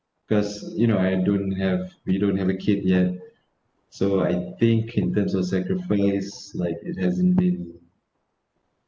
because you know I don't have we don't have a kid yet so I think in term of sacrifice like it hasn't been